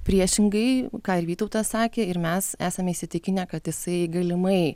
priešingai ką ir vytautas sakė ir mes esame įsitikinę kad jisai galimai